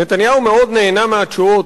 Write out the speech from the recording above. נתניהו מאוד נהנה מהתשואות.